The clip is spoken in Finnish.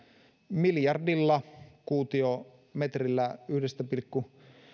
miljardilla kuutiometrillä yhdestä pilkku